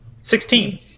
Sixteen